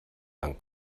lang